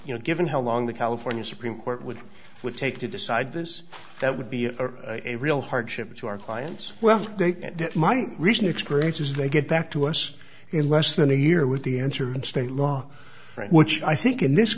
you know given how long the california supreme court would would take to decide this that would be a real hardship to our clients well my recent experience is they get back to us in less than a year with the answer and state law which i think in this